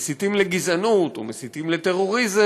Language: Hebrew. מסיתים לגזענות או מסיתים לטרוריזם,